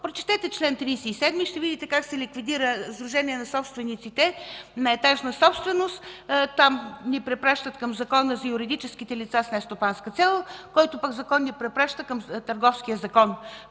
Прочетете чл. 37 и ще видите как се ликвидира Сдружение на собствениците на етажна собственост. Там ни препращат към Закона за юридическите лица с нестопанска цел, който закон ни препраща към Търговския закон.